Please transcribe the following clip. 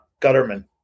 Gutterman